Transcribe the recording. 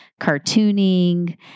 cartooning